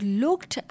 looked